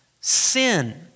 sin